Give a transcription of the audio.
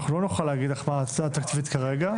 אנחנו לא נוכל להגיד לך מה ההצעה התקציבית כרגע,